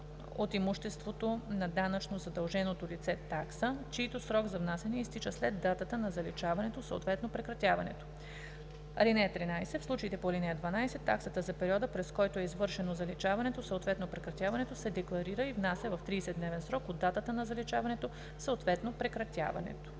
от имуществото на данъчно задълженото лице такса, чийто срок за внасяне изтича след датата на заличаването съответно прекратяването. (13) В случаите по ал. 12 таксата за периода, през който е извършено заличаването съответно прекратяването, се декларира и внася в 30-дневен срок от датата на заличаването съответно прекратяването.“